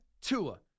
Tua